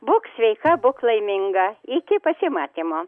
būk sveika būk laiminga iki pasimatymo